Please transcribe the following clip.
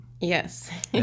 Yes